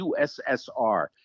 USSR